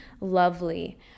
lovely